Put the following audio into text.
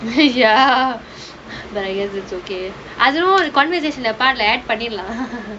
ya but I guess it's okay I don't know the conversation lah பார்ல:paarla add பண்ணிரலாம்:panniralaam